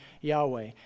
Yahweh